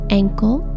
ankle